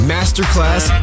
Masterclass